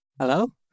hello